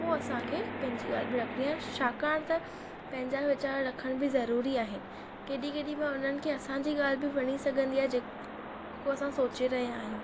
पोइ असां खे पंहिंजी ॻाल्हि बि रखणी आ छाकाणि त पंहिंजा वीचार रखणु बि ज़रूरी आहिनि केॾी केॾी माल्हि हुननि खे असां जी ॻाल्हि बि वणी सघंदी आ जेको असां सोचे रहिया आहियूं त